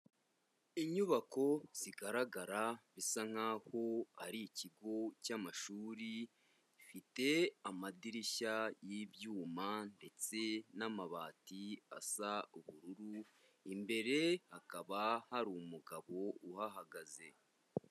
Inyubako zigaragara bisa nkaho ari ikigo cy'amashuri, gifite amadirishya y'ibyuma ndetse n'amabati asa ubururu, imbere hakaba hari umugabo uhahagaze.